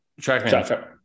TrackMan